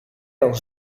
dan